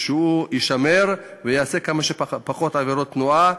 ושהוא יישמר ויעשה כמה שפחות עבירות תנועה,